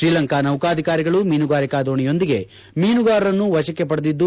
ಶ್ರೀಲಂಕಾ ನೌಕಾಧಿಕಾರಿಗಳು ಮೀನುಗಾರಿಕಾ ದೋಣಿಯೊಂದಿಗೆ ಮೀನುಗಾರರನ್ನು ವಶಕ್ಕೆ ಪಡೆದಿದ್ದು